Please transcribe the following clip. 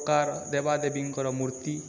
ପ୍ରକାର ଦେବା ଦେବୀଙ୍କର ମୂର୍ତ୍ତି